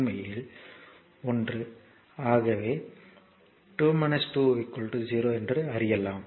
எனவே உண்மையில் 1 ஆகவே 2 2 0 என்று அறியலாம்